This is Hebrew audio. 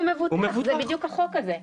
הוא מבוטח זה בדיוק החוק הזה.